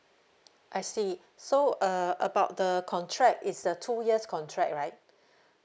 I see so uh about the contract it's a two years contract right